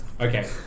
Okay